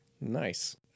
Nice